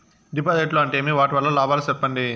డిపాజిట్లు అంటే ఏమి? వాటి వల్ల లాభాలు సెప్పండి?